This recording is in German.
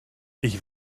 ich